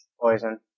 Poison